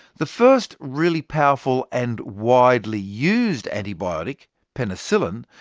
the first really powerful and widely used antibiotic, penicillin,